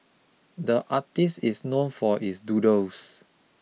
the artist is known for his doodles